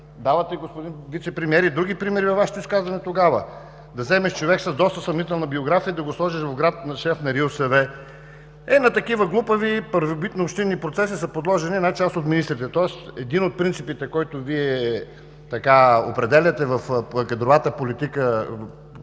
Давате, господин Вицепремиер, и други примери във Вашето изказване тогава. Да вземеш човек с доста съмнителна биография и да го сложиш в град за шеф на РИОСВ. Ето на такива глупави, първобитнообщинни процеси са подложени една част от министрите, тоест един от принципите, който Вие определяте в кадровата политика,